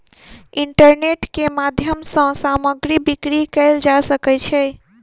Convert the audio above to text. internet के माध्यम सॅ सामग्री बिक्री कयल जा सकै छै